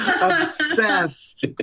Obsessed